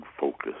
focus